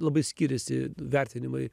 labai skiriasi vertinimai